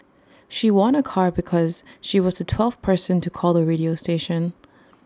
she won A car because she was the twelfth person to call the radio station